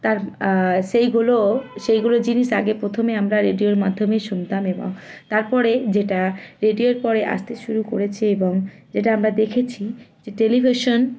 তার সেইগুলো সেইগুলো জিনিস আগে প্রথমে আমরা রেডিওর মাধ্যমে শুনতাম এবং তারপরে যেটা রেডিওর পরে আসতে শুরু করেছে এবং যেটা আমরা দেখেছি যে টেলিভিশন